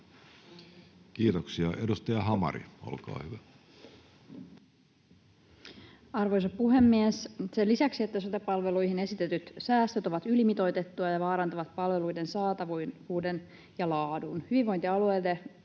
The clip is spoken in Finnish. Kiitoksia. — Edustaja Hamari, olkaa hyvä. Arvoisa puhemies! Sen lisäksi, että sote-palveluihin esitetyt säästöt ovat ylimitoitettuja ja vaarantavat palveluiden saatavuuden ja laadun, hyvinvointialueille